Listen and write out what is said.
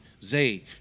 Zay